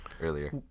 earlier